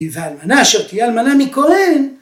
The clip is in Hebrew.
כי זה אלמנה שתהייה אלמנה מכהן.